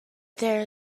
there